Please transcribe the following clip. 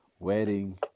Wedding